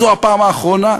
זו הפעם האחרונה,